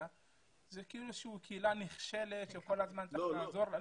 זה כאילו שהיא קהילה נחשלת שכל הזמן צריך לעזור לה.